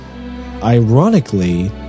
ironically